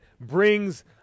brings